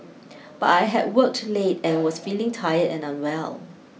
but I had worked late and was feeling tired and unwell